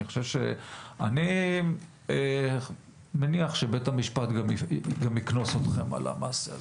אני חושב שאני מניח שבית המשפט גם יקנוס אתכם על המעשה הזה.